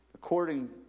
According